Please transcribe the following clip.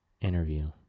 interview